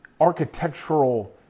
architectural